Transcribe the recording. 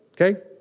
okay